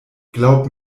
glaub